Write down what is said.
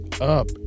up